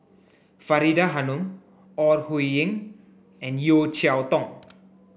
Faridah Hanum Ore Huiying and Yeo Cheow Tong